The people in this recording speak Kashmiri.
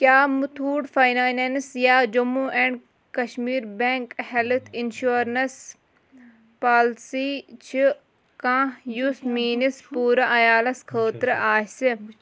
کیٛاہ مُتھوٗٹ فاینانٛس یا Jammu Kashmir bank health insurance policy چھِ کانٛہہ یُس میٲنِس پوٗرٕ عیالَس خٲطرٕ آسہِ